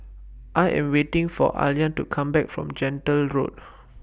I Am waiting For Ayla to Come Back from Gentle Road